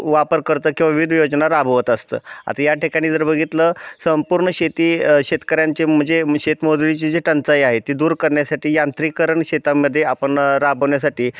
वापर करतं किंवा विविध योजना राबवत असतं आता याठिकाणी जर बघितलं संपूर्ण शेती शेतकऱ्यांचे म्हणजे शेतमजुरीची जी टंचाई आहे ती दूर करण्यासाठी यांत्रिकरण शेतांमध्ये आपण राबवण्यासाठी